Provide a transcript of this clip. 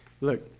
Look